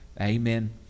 amen